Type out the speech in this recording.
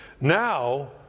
Now